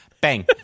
Bang